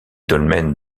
dolmens